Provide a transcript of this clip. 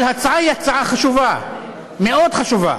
אבל ההצעה היא הצעה חשובה, מאוד חשובה.